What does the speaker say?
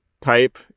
type